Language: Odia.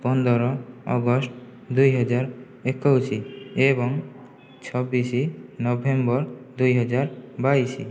ପନ୍ଦର ଅଗଷ୍ଟ ଦୁଇହଜାର ଏକୋଇଶ ଏବଂ ଛବିଶ ନଭେମ୍ବର ଦୁଇହଜାର ବାଇଶ